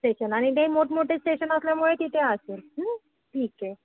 station आणि ते मोठमोठे स्टेशन असल्यामुळे तिथे असेल ठीक आहे